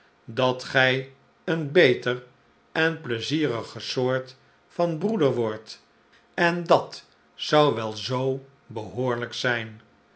dat gij eenbeteren pleizieriger soort van breeder wordt en dat zou wel zoo behoorlijk ztfn